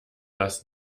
das